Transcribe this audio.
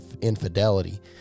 infidelity